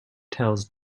tells